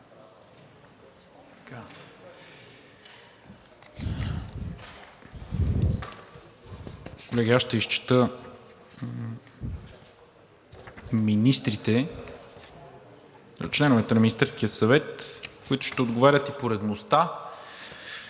Колеги, аз ще изчета членовете на Министерския съвет, които ще отговарят, и поредността,